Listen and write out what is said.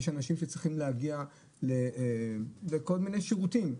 יש אנשים שצריכים להגיע לכל מיני שירותים,